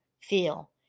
feel